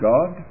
God